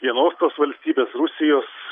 vienos tos valstybės rusijos